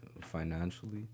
financially